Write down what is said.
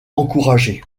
encouragée